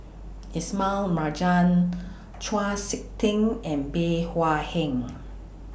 Ismail Marjan Chau Sik Ting and Bey Hua Heng